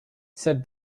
said